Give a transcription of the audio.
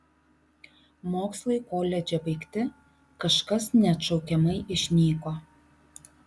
mokslai koledže baigti kažkas neatšaukiamai išnyko